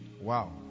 Wow